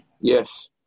Yes